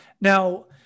Now